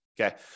okay